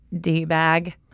D-bag